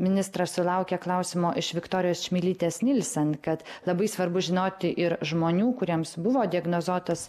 ministras sulaukė klausimo iš viktorijos čmilytės nilsen kad labai svarbu žinoti ir žmonių kuriems buvo diagnozuotas